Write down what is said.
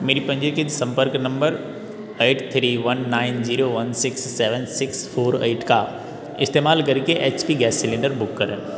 मेरे पंजीकृत संपर्क number eight three one nine zero one six seven six four eight का इस्तेमाल करके H P gas cylinder book करें